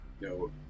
No